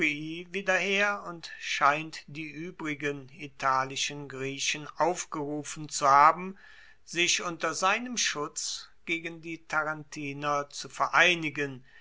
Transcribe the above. wieder her und scheint die uebrigen italischen griechen aufgerufen zu haben sich unter seinem schutz gegen die tarentiner zu vereinigen